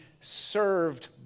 served